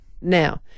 now